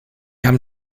haben